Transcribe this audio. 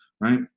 Right